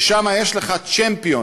ששם יש לך צ'מפיון,